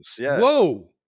Whoa